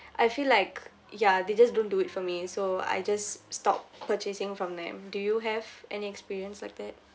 I feel like ya they just don't do it for me so I just stopped purchasing from them do you have an experience like that